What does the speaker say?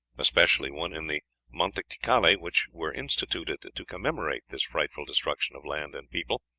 especially one in the month izcalli, which were instituted to commemorate this frightful destruction of land and people,